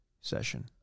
Session